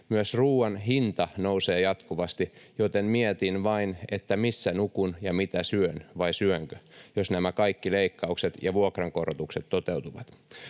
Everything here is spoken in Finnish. Myös ruoan hinta nousee jatkuvasti, joten mietin vain, että missä nukun ja mitä syön, vai syönkö, jos nämä kaikki leikkaukset ja vuokrankorotukset toteutuvat.